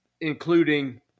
including